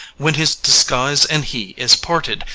when his disguise and he is parted,